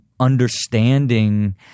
understanding